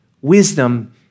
Wisdom